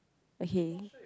okay